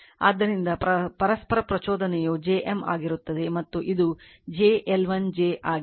ಆದ್ದರಿಂದ ಪರಸ್ಪರ ಪ್ರಚೋದನೆಯು j M ಆಗಿರುತ್ತದೆ ಮತ್ತು ಇದು j L1 j ಆಗಿದೆ